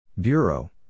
Bureau